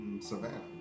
Savannah